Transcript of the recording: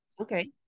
Okay